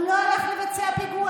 הוא לא הלך לבצע פיגוע,